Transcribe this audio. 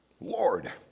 Lord